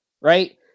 right